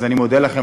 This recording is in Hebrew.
אז אני מודה לכם,